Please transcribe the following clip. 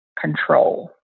control